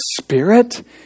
Spirit